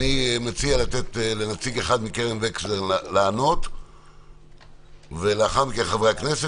אני מציע לתת לנציג אחד מקרן וקסנר לענות ולאחר מכן חברי הכנסת.